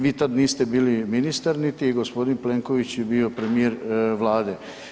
Vi tada niste bili ministar, niti gospodin Plenković je bio premijer Vlade.